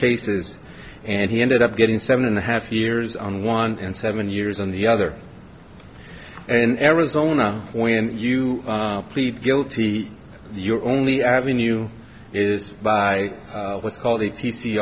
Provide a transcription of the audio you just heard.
cases and he ended up getting seven and a half years on one and seven years on the other and arizona when you plead guilty your only avenue is by what's called the p